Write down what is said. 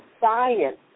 science